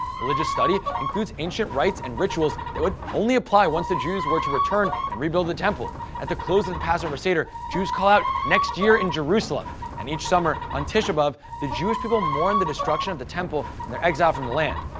religious study includes ancient rites and rituals that would only apply once the jews were to return and rebuild the temple. at the close of the passover seder, jews call out, next year in jerusalem and each summer on tisha b'av, the jewish people mourn the destruction of the temple and their exile from the land.